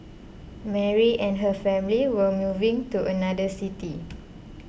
Mary and her family were moving to another city